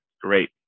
great